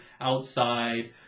outside